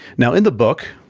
now in the book,